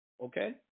Okay